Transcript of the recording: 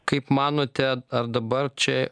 kaip manote ar dabar čia